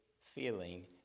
feeling